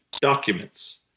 documents